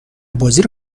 بازیرو